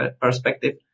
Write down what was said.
perspective